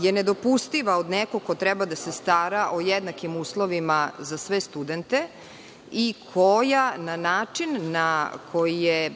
je nedopustiva od nekog ko treba da se stara o jednakim uslovima za sve studente i koja na način na koji je